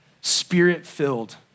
spirit-filled